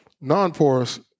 non-porous